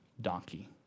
donkey